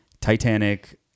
Titanic